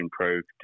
improved